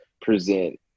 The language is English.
present